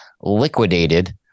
liquidated